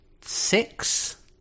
six